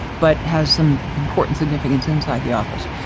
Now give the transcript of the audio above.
but has some important significance inside the office.